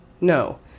no